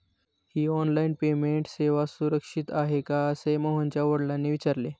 ही online payment सेवा सुरक्षित आहे का असे मोहनच्या वडिलांनी विचारले